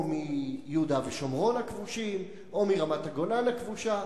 או מיהודה ושומרון הכבושים, או מרמת-הגולן הכבושה.